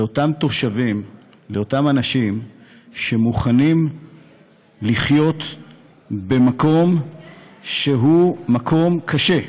לאותם אנשים שמוכנים לחיות במקום קשה.